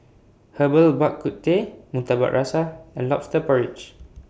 Herbal Bak Ku Teh Murtabak Rusa and Lobster Porridge